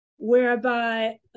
Whereby